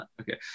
Okay